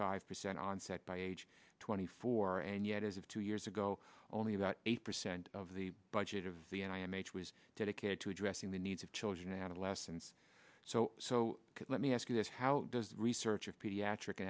five percent onset by age twenty four and yet as of two years ago only about eight percent of the budget of the n i m h was dedicated to addressing the needs of children adolescents so so let me ask you this how does research of pediatric